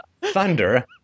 thunder